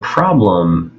problem